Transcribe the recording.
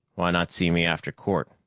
why not see me after court,